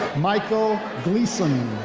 michael glissam.